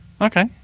okay